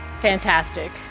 Fantastic